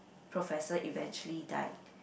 professor eventually died